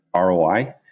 ROI